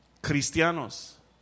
cristianos